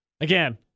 Again